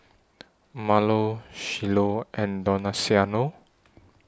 Marlo Shiloh and Donaciano